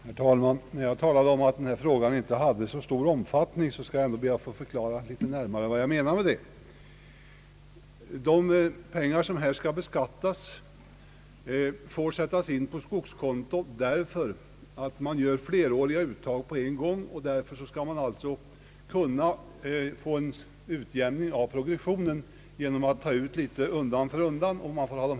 Herr talman! Jag sade tidigare att denna fråga inte har så stor omfattning, och jag skall be att litet närmare få förklara vad jag menade. De pengar som det gäller får sättas in på ett skogskonto för att mildra verkningarna av progressionen vid beskattningen. Pengarna får vara insatta på skogskonto under högst en tioårsperiod.